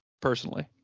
personally